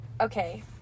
Okay